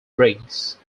briggs